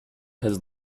has